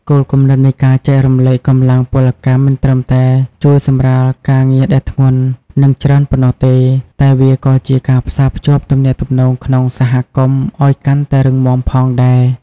គោលគំនិតនៃការចែករំលែកកម្លាំងពលកម្មមិនត្រឹមតែជួយសម្រាលការងារដែលធ្ងន់ និងច្រើនប៉ុណ្ណោះទេ តែវាក៏ជាការផ្សារភ្ជាប់ទំនាក់ទំនងក្នុងសហគមន៍ឱ្យកាន់តែរឹងមាំផងដែរ។